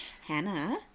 Hannah